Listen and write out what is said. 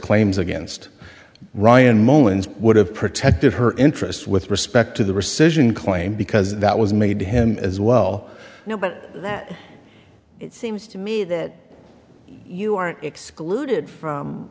claims against ryan moleyns would have protected her interests with respect to the rescission claim because that was made to him as well no but that it seems to me that you aren't excluded from